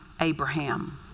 Abraham